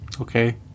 Okay